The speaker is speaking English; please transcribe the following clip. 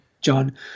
John